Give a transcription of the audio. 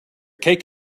cake